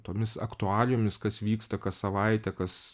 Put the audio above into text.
tomis aktualijomis kas vyksta kas savaitę kas